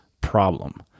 problem